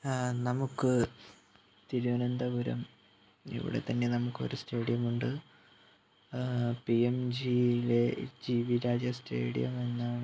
നമുക്ക് തിരുവനന്തപുരം ഇവിടെ തന്നെ നമുക്കൊരു സ്റ്റേഡിയമുണ്ട് പി എം ജി യിലെ ജി വി രാജ സ്റ്റേഡിയം എന്നാണ്